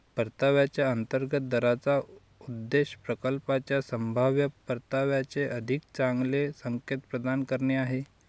परताव्याच्या अंतर्गत दराचा उद्देश प्रकल्पाच्या संभाव्य परताव्याचे अधिक चांगले संकेत प्रदान करणे आहे